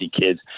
kids